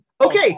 Okay